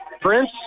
prince